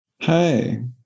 hi